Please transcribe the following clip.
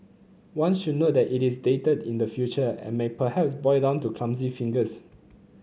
one should note that it is dated in the future and may perhaps boil down to clumsy fingers